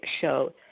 show